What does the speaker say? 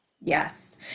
Yes